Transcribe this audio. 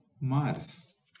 Mars